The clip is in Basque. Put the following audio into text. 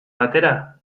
batera